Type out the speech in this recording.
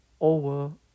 over